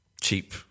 cheap